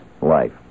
life